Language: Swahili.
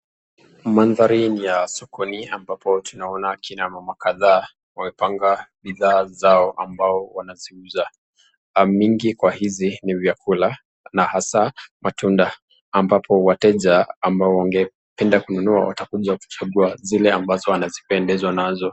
Mamdhari ni ya sokoni ambapo tunaona kina mama kadhaa ambao wanapanga bidhaa zao wanaziuza, mingi kwa hizi ni vyakula na hasaa matunda, ambapo wateja ambao wamgependa kununua wanakuja kuchagua zile ambazo wanapendezwa nazo.